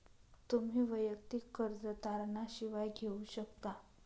तुम्ही वैयक्तिक कर्ज तारणा शिवाय घेऊ शकता